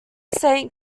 saint